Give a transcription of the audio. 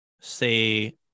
say